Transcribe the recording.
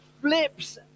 flips